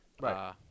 Right